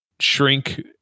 shrink